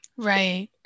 Right